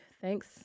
Thanks